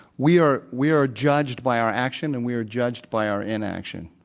we are we are judged by our action, and we are judged by our inaction.